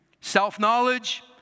Self-knowledge